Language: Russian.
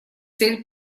цель